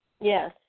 Yes